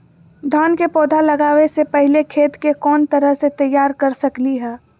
धान के पौधा लगाबे से पहिले खेत के कोन तरह से तैयार कर सकली ह?